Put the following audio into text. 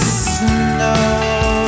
snow